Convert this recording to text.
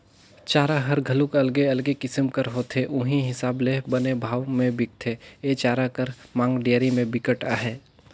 चारा हर घलोक अलगे अलगे किसम कर होथे उहीं हिसाब ले बने भाव में बिकथे, ए चारा कर मांग डेयरी में बिकट अहे